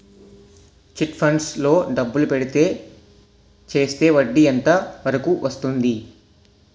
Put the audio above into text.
Chit funds లో డబ్బులు పెడితే చేస్తే వడ్డీ ఎంత వరకు వస్తుంది?